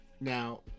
now